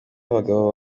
abagabo